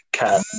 cat